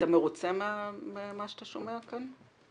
צחי, אתה מרוצה ממה שאתה שומע כאן?